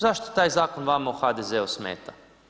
Zašto taj zakon vama u HDZ-u smeta?